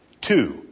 two